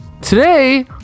today